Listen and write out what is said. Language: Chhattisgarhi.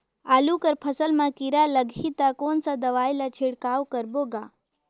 आलू कर फसल मा कीरा लगही ता कौन सा दवाई ला छिड़काव करबो गा?